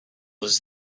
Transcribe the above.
was